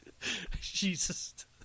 Jesus